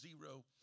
zero